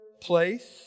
place